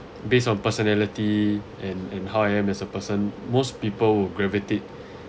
based on personality and and how I am as a person most people would gravitate